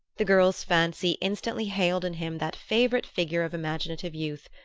the girl's fancy instantly hailed in him that favorite figure of imaginative youth,